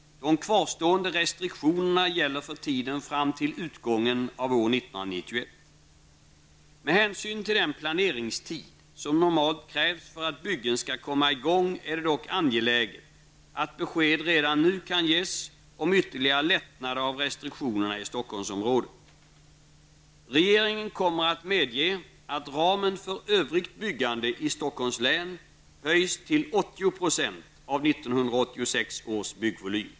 De kvarstående restriktionerna gäller för tiden fram till utgången av år 1991. Med hänsyn till den planeringstid som normalt krävs för att byggen skall komma igång är det dock angeläget att besked redan nu kan ges om ytterligare lättnader av restriktionerna i Regeringen kommer att medge att ramen för övrigt byggande i Stockholms län höjs till 80 % av 1986 års byggvolym.